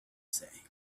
say